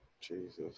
Jesus